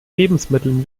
lebensmitteln